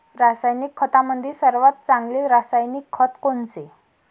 रासायनिक खतामंदी सर्वात चांगले रासायनिक खत कोनचे?